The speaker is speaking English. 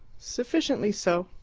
sufficiently so.